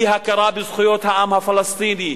היא הכרה בזכויות העם הפלסטיני,